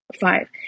five